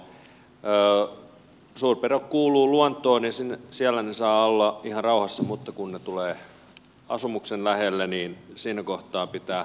suurpedot kuuluvat luontoon ja siellä ne saavat olla ihan rauhassa mutta kun ne tulevat asumuksen lähelle siinä kohtaa pitää asiaan puuttua